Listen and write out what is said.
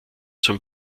zum